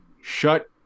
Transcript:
shut